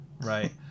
Right